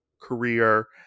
career